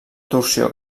torsió